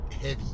heavy